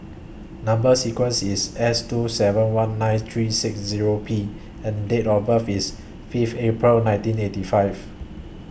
Number sequence IS S two seven one nine three six Zero P and Date of birth IS Fifth April nineteen eighty five